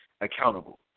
accountable